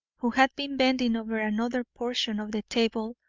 who had been bending over another portion of the table,